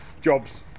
jobs